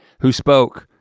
who spoke